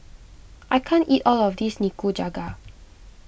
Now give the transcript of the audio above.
I can't eat all of this Nikujaga